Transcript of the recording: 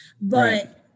but-